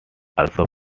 also